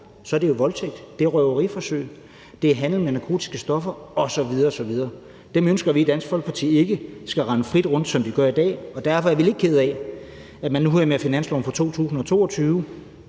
se, at det er voldtægt, røveriforsøg, handel med narkotiske stoffer osv. osv. Og dem ønsker vi i Dansk Folkeparti ikke skal rende frit rundt, som de gør i dag, og derfor er vi lidt kede af, at man med finansloven for 2022